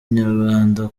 nyarwanda